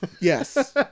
Yes